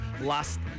Last